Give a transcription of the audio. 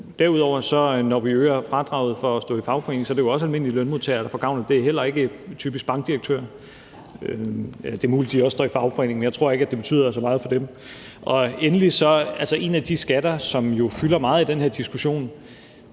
er det jo, når vi øger fradraget for at stå i fagforening, også almindelige lønmodtagere, der får gavn af det. Det er heller ikke typisk bankdirektøren. Det er muligt, at de også står i fagforening, men jeg tror ikke, at det betyder så meget for dem. Endelig kan jeg sige, at en af de afgiftsstigninger, som fylder meget i den her diskussion,